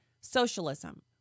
socialism